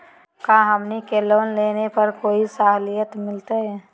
का हमनी के लोन लेने पर कोई साहुलियत मिलतइ?